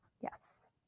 Yes